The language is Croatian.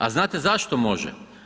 A znate zašto može?